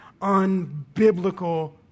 unbiblical